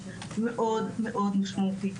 יש להם קושי בהתארגנות מאוד מאוד משמעותי.